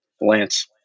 Lance